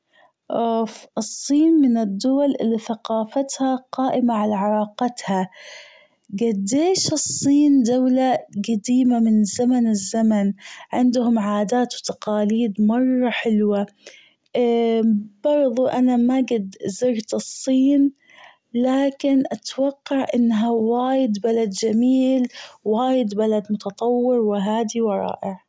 اوف الصين من الدول اللي ثقافتها قائمة على علاقتها جديش الدولة جديمة من زمن الزمن عندهم عادات وتقاليد مرة حلوة برظة أنا ما جد زرت الصين لكن أتوقع أنها وايد بلد جميل وايد بلد متطور وهادي ورائع.